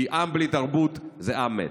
עם בלי תרבות זה עם מת.